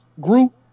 Group